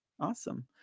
awesome